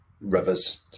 rivers